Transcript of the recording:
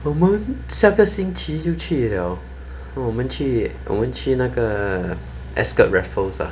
我们下个星期就去了我们去我们去那个 ascott raffles lah